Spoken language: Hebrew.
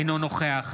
אינו נוכח